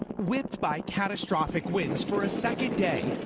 whipped by catastrophic winds for a second day,